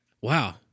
wow